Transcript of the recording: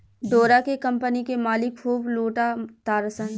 डोरा के कम्पनी के मालिक खूब लूटा तारसन